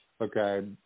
Okay